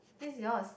this is yours